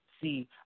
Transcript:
See